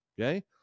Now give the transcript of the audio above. Okay